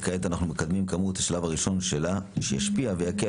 וכעת אנחנו מקדמים כאמור את השלב הראשון שלה שישפיע ויקל